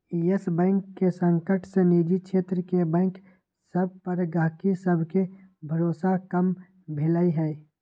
इयस Bank के संकट से निजी क्षेत्र के बैंक सभ पर गहकी सभके भरोसा कम भेलइ ह